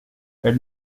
elle